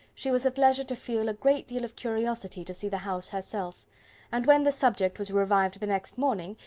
she was at leisure to feel a great deal of curiosity to see the house herself and when the subject was revived the next morning,